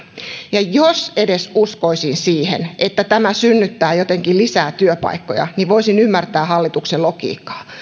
ja jos edes uskoisin siihen että tämä synnyttää jotenkin lisää työpaikkoja niin voisin ymmärtää hallituksen logiikkaa